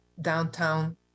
downtown